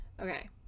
Okay